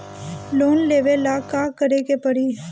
Loan लेवे ला का करे के पड़ी?